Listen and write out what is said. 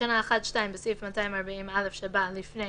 בתקנה 1(2), בסעיף 240א שבה, לפני